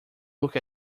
look